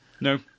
no